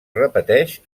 repeteix